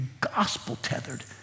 gospel-tethered